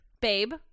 babe